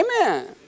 Amen